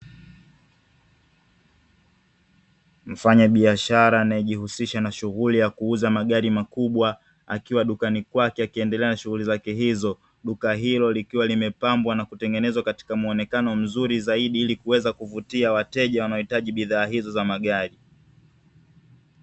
Mfanyabiashara anayejihusisha na shughuli ya kuuza magari makubwa, akiwa dukani kwake akiendelea na shughuli zake hizo. Duka hilo likiwa limepambwa na kutengenezwa katika muonekano mzuri zaidi ili kuweza kuwavutia wateja wanaojitaji bidhaa hizo za magari.